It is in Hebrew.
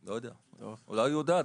לא יודע, אולי היא יודעת?